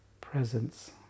presence